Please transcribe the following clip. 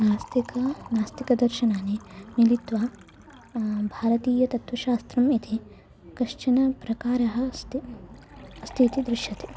नास्तिकं नास्तिकदर्शनानि मिलित्वा भारतीयतत्त्वशास्त्रम् इति कश्चन प्रकारः अस्ति अस्तीति दृश्यते